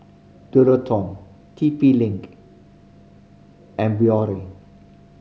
Dualtron T P Link and